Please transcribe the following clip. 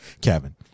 Kevin